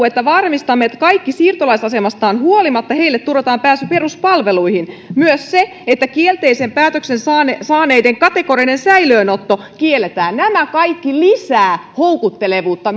että varmistamme että siirtolaisasemastaan huolimatta heille turvataan pääsy peruspalveluihin myös on se että kielteisen päätöksen saaneiden saaneiden kategorinen säilöönotto kielletään nämä kaikki lisäävät houkuttelevuutta